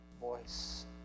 voice